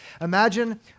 Imagine